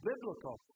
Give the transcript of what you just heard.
biblical